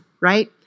right